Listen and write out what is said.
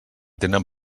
tenen